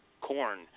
corn